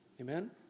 Amen